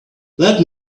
let